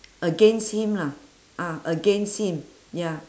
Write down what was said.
against him lah ah against him ya